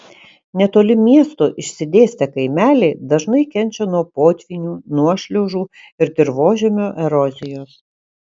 netoli miesto išsidėstę kaimeliai dažnai kenčia nuo potvynių nuošliaužų ir dirvožemio erozijos